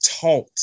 taught